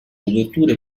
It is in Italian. coperture